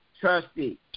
trustee